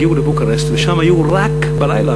הגיעו לבוקרשט ושם היו רק מטוסי "אל על" בלילה,